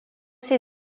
ces